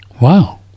wow